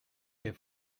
der